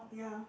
ya